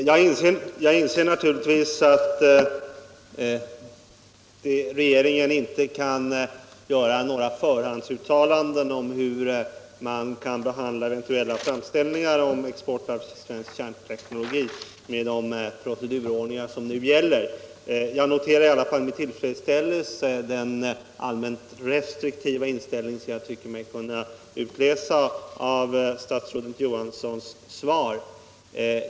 Herr talman! Jag inser naturligtvis att regeringen inte kan göra några förhandsuttalanden om hur man skall behandla eventuella framställningar om export av svensk kärnkraftsteknologi med de procedurordningar som nu gäller. Jag noterar i alla fall med tillfredsställelse den allmänt restriktiva inställning som jag tycker mig kunna utläsa ur statsrådet Johanssons svar.